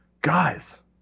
guys